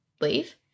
leave